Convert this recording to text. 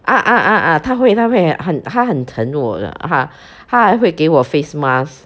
ah ah ah ah 她会她会很她很疼我的她她还会给我 face mask